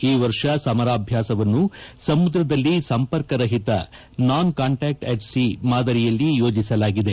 ಈ ವರ್ಷ ಸಮರಾಭ್ಯಾಸವನ್ನು ಸಮುದ್ರದಲ್ಲಿ ಸಂಪರ್ಕ ರಹಿತ ನಾನ್ ಕಾಂಟಾಕ್ಸ್ ಅಟ್ ಸೀ ಮಾದರಿಯಲ್ಲಿ ಯೋಜಿಸಲಾಗಿದೆ